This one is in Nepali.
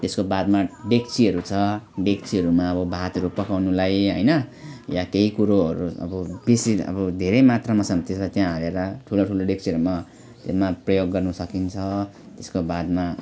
त्यसको बादमा डेक्चीहरू छ डेक्चीहरूमा अब भातहरू पकाउनुलाई होइन वा केही कुराहरू अब बेसी अब धेरै मात्रमा छ भने त्यसलाई त्यहाँ हालेर ठुलो ठुलो डेक्चीहरूमा त्यसमा प्रयोग गर्नु सकिन्छ त्यसको बादमा